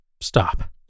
stop